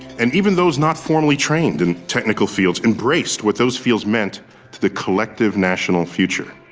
and even those not formally trained in technical fields embraced what those fields meant to the collective national future.